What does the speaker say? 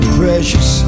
precious